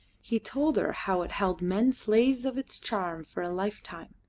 he told her how it held men slaves of its charm for a lifetime,